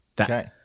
Okay